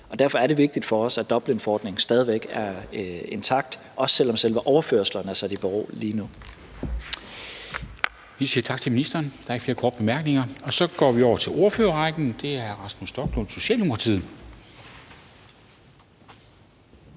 derfor er det vigtigt for os, at Dublinforordningen stadig væk er intakt, også selv om selve overførslerne er sat i bero lige nu.